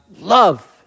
love